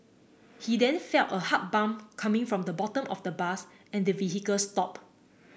he then felt a hard bump coming from the bottom of the bus and the vehicle stop